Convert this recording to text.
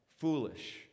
foolish